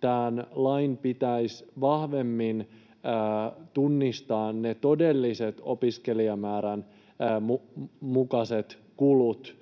tämän lain pitäisi vahvemmin tunnistaa ne todelliset opiskelijamäärän mukaiset kulut